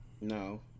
No